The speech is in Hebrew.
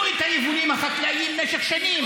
שם את היבולים החקלאיים במשך שנים?